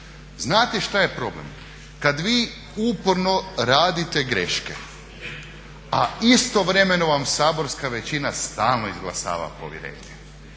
Znate što je problem, kada vi uporno radite greške, a istovremeno vam saborska većina stalno izglasava povjerenje.